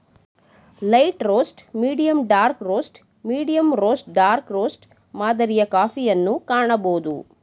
light roast, medium dark roast, medium roast dark roast ಮಾದರಿಯ ಕಾಫಿಯನ್ನು ಕಾಣಬೋದು